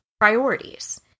priorities